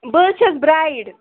بہٕ حظ چھَس براٮ۪ڈ